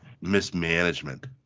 mismanagement